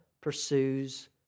pursues